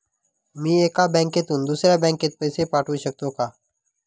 मी एका बँकेतून दुसऱ्या बँकेत पैसे पाठवू शकतो का?